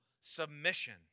submission